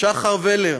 לשחר ולר,